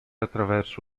attraverso